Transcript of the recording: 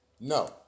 No